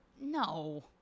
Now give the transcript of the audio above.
No